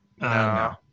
No